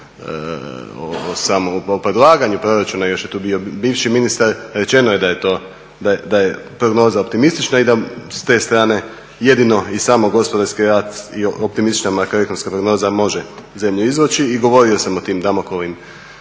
predlaganju proračuna, još je tu bio bivši ministar, rečeno je da je to, da je prognoza optimistična i da s te strane jedino i samo gospodarski rat … makar ekonomska prognoza može zemlju izvući i govorio sam o tim … maču